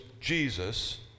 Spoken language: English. Jesus